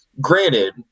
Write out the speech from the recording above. Granted